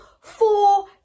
four